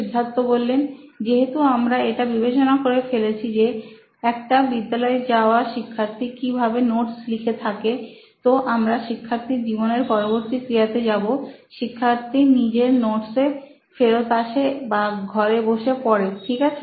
সিদ্ধার্থ যেহেতু আমরা এটা বিবেচনা করে ফেলেছি যে একটা বিদ্যালয় যাওয়া শিক্ষার্থী কি ভাবে নোটস লিখে থাকে তো আমরা শিক্ষার্থী জীবনের পরবর্তী ক্রিয়াতে যাবো শিক্ষার্থী নিজের নোটসে ফেরত আসে বা ঘরে বসে পড়ে ঠিক আছে